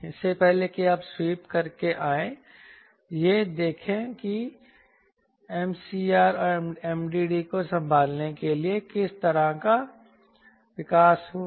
इससे पहले कि आप स्वीप करके आएं यह देखें कि MCR और MDD को संभालने के लिए किस तरह का विकास हुआ